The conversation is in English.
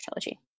trilogy